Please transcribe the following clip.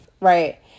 Right